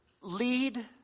lead